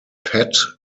pet